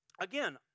again